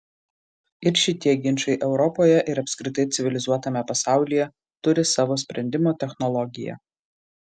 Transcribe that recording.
ir šitie ginčai europoje ir apskritai civilizuotame pasaulyje turi savo sprendimo technologiją